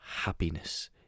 happiness